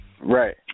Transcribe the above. Right